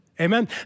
Amen